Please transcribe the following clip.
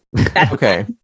Okay